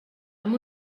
amb